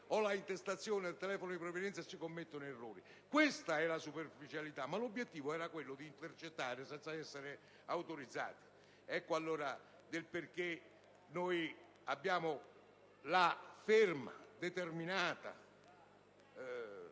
o l'intestazione del telefono di provenienza e si commettono errori. Questa è superficialità, ma l'obiettivo era di intercettare senza essere autorizzati. Ecco allora il motivo per cui abbiamo la ferma volontà